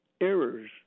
errors